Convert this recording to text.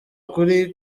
kuri